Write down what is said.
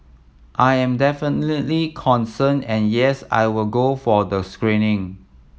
I am definitely concerned and yes I will go for the screening